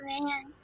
man